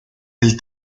del